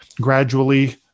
gradually